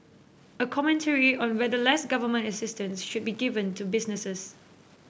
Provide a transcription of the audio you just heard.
a commentary on whether less government assistance should be given to businesses